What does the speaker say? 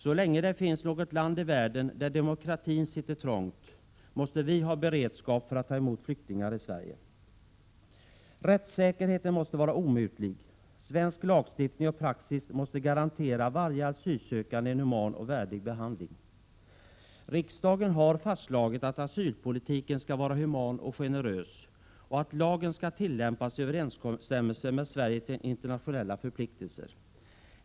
Så länge det finns något land i världen där demokratin sitter trångt, måste vi ha beredskap för att ta emot flyktingar i Sverige. Rättssäkerheten måste vara omutlig. Svensk lagstiftning och praxis måste garantera varje asylsökande en human och värdig behandling. Riksdagen har fastslagit att asylpolitiken skall vara human och generös och att lagen skall tillämpas i överensstämmelse med Sveriges internationella förpliktelser.